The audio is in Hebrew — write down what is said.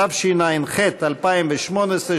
התשע"ח 2018,